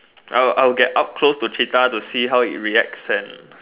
I will I will get up close to cheetah to see how it reacts and